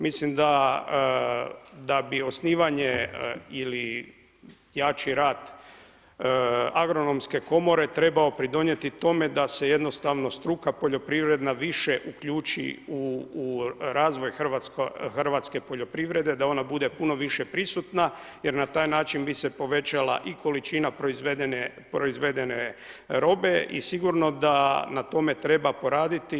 Mislim da bi osnivanje ili jači rad Agronomske komore trebao pridonijeti tome da se jednostavno struka poljoprivredna više uključi u razvoj hrvatske poljoprivrede, da ona bude puno više prisutna jer na taj način bi se povećala i količina proizvedene robe i sigurno da na tome treba poraditi.